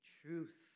truth